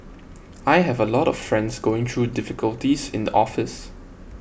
I have a lot of friends going through difficulties in the office